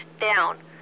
down